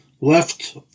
left